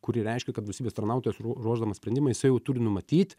kuri reiškia kad valstybės tarnautojas ru ruošdamas sprendimą jisai jau turi numatyt